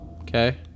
Okay